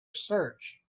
search